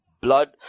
blood